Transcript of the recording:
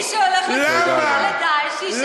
למה, מי שהולך ל"דאעש" שיישאר שם,